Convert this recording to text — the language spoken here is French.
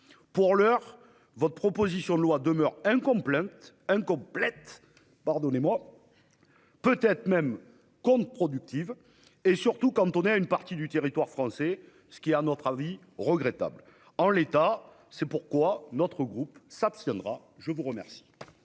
Pour l'heure, votre proposition de loi demeure incomplète, peut-être même contre-productive, et surtout cantonnée à une partie du territoire français, ce qui est à notre avis regrettable. C'est pourquoi, en l'état, notre groupe s'abstiendra. La parole